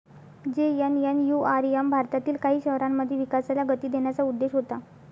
JNNURM भारतातील काही शहरांमध्ये विकासाला गती देण्याचा उद्देश होता